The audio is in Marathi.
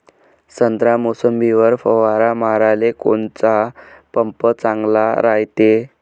संत्रा, मोसंबीवर फवारा माराले कोनचा पंप चांगला रायते?